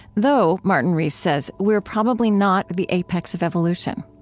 though, martin rees says, we're probably not the apex of evolution.